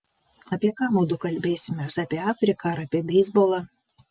apie ką mudu kalbėsimės apie afriką ar apie beisbolą